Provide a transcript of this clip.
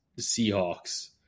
Seahawks